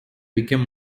became